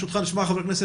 אתם חייבים,